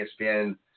ESPN